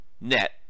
net